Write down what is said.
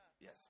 Yes